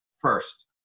first